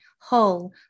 whole